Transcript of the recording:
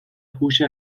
هوش